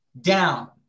down